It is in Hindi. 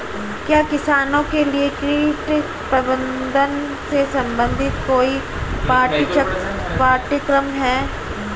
क्या किसानों के लिए कीट प्रबंधन से संबंधित कोई पाठ्यक्रम है?